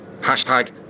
Hashtag